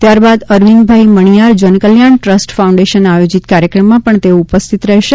ત્યાર બાદ Arvindbhai Maniyar Jankalyan trust foundation આયોજિત કાર્યક્રમમાં ઉપસ્થિત રહેશે